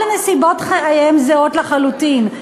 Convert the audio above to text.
כל נסיבות חייהם זהות לחלוטין.